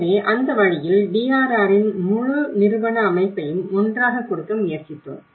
எனவே அந்த வழியில் DRRஇன் முழு நிறுவன அமைப்பையும் ஒன்றாக கொடுக்க முயற்சித்தோம்